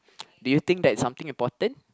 do you think that's something important